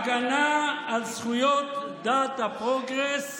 הגנה על זכויות דת הפרוגרס,